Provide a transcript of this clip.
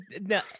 no